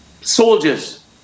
soldiers